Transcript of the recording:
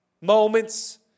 Moments